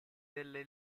delle